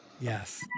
Yes